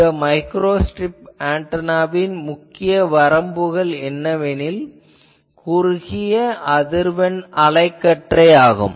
இந்த மைக்ரோஸ்ட்ரிப் ஆன்டெனாவின் முக்கிய வரம்பு என்னவெனில் குறுகிய அதிர்வெண் அலைக்கற்றை ஆகும்